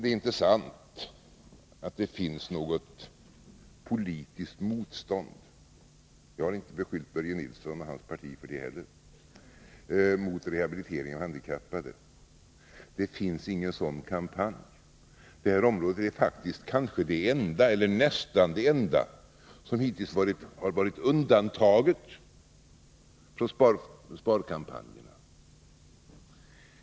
Det är inte sant att det finns ett politiskt motstånd — jag har inte heller riktat någon beskyllning mot Börje Nilsson och hans parti i det avseendet — mot rehabilitering av handikappade. Det finns alltså inte någon sådan kampanj. Det här området är faktiskt kanske det enda som hittills har varit undantaget från sparkampanjer.